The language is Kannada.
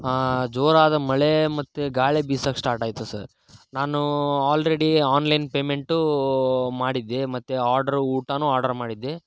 ಹಾಂ ಜೋರಾದ ಮಳೆ ಮತ್ತೆ ಗಾಳಿ ಬಿಸೋಕೆ ಸ್ಟಾಟ್ ಆಯಿತು ಸರ್ ನಾನೂ ಆಲ್ರೆಡಿ ಆನ್ಲೈನ್ ಪೇಮೆಂಟೂ ಮಾಡಿದ್ದೆ ಮತ್ತೆ ಆರ್ಡ್ರ್ ಊಟನೂ ಆರ್ಡರ್ ಮಾಡಿದ್ದೆ